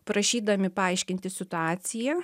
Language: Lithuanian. prašydami paaiškinti situaciją